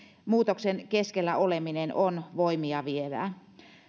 muutoksen keskellä oleminen on voimia vievää